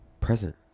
present